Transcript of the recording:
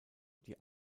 die